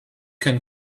can